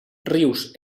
rius